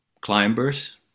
climbers